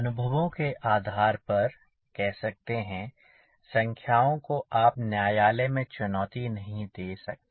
अनुभवों के आधार पर कह सकते हैं संख्याओं को आप न्यायालय में चुनौती नहीं दे सकते